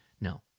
no